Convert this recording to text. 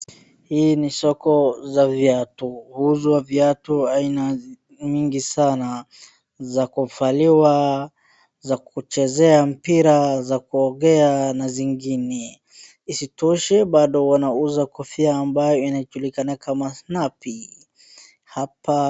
Hii ni soko za viatu, huzwa viatu aina mingi sana za kuvaliwa, za kuchezea mpira, za kuogea na zingine. Isitoshe bado wanauza kofia ambayo inajulika kama snapi hapa.